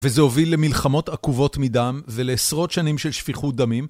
וזה הוביל למלחמות עקובות מדם, ולעשרות שנים של שפיכות דמים.